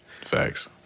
Facts